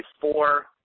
four